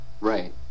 right